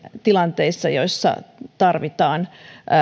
tilanteissa joissa tarvitaan